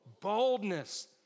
Boldness